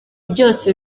byose